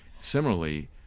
Similarly